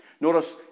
Notice